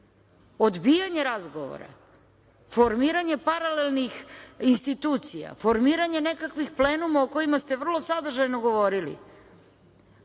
Odbijanje razgovora, formiranje paralelnih institucija, formiranje nekakvih plenuma o kojima ste vrlo sadržajno govorili,